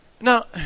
now